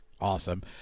Awesome